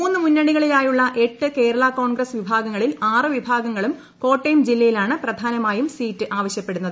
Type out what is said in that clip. മൂന്ന് മുന്നണികളിലായുള്ള എട്ട് കേരളാ കോൺഗ്രസ് വിഭാഗങ്ങളിൽ ആറ് വിഭാഗങ്ങളും കോട്ടയം ജില്ലയിലാണ് പ്രധാനമായും സീറ്റ് ആവശ്യപ്പെടുന്നത്